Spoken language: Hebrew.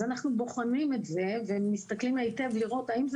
אז אנחנו בוחנים את זה ומסתכלים היטב לראות האם זה